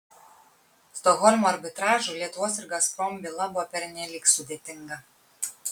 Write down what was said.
stokholmo arbitražui lietuvos ir gazprom byla buvo pernelyg sudėtinga